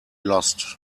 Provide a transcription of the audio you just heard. lost